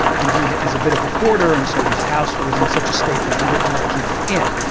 and he is a bit of a hoarder and so his house was in such a state that he wouldn't let people in.